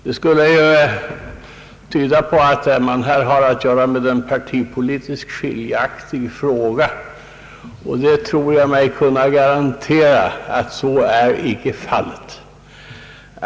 Det skulle tyda på att man här har att göra med en partipolitiskt skiljaktig fråga. Jag tror mig kunna garantera att så icke är fallet.